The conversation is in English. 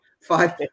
Five